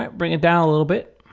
um bring it down a little bit.